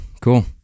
cool